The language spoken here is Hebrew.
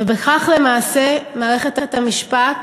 ובכך, למעשה, מערכת המשפט